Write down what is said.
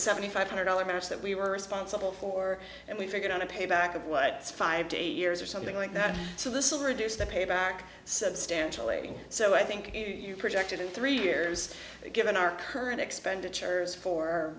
seventy five hundred dollars that we were responsible for and we figured on a payback of what's five to eight years or something like that so this will reduce the payback substantially so i think you projected in three years that given our current expenditures for